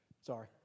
Sorry